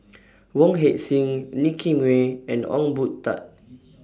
Wong Heck Sing Nicky Moey and Ong Boon Tat